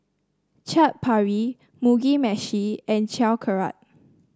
Chaat Papri Mugi Meshi and Sauerkraut